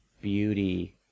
beauty